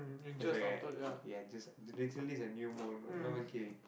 just like a ya just literally it's a new mole not even kidding